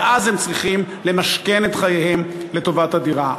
ואז הם צריכים למשכן את חייהם לטובת הדירה.